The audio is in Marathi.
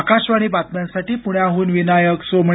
आकाशवाणी बातम्यांसाठी पुण्याहून विनायक सोमणी